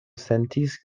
sentis